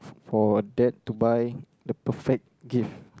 for Dad to buy the perfect gift